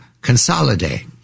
consolidate